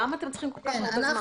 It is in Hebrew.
למה אתם צריכים כל כך הרבה זמן?